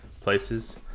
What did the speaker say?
places